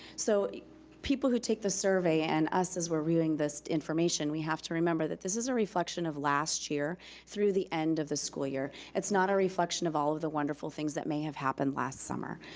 so people who take the survey and us as we're reviewing the information, we have to remember that this is a reflection of last year through the end of the school year. it's not a reflection of all of the wonderful things that may have happened last summer.